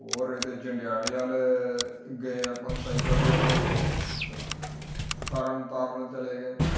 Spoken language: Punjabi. ਹੋਰ ਇੱਥੇ ਜੰਡਿਆਲੇ ਵੱਲ ਗਏ ਆਪਾਂ ਸਾਈਕਲ ਦੇ ਰਾਹੀਂ ਸਾਈ ਤਰਨ ਤਾਰਨ ਚਲੇ ਗਏ